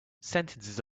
sentences